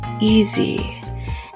easy